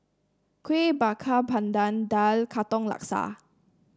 Kuih Bakar Pandan daal Katong Laksa